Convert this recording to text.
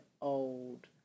old